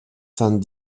cent